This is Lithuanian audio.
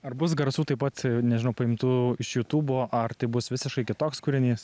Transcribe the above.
ar bus garsų taip pat nežinau paimtų iš jutubo ar tai bus visiškai kitoks kūrinys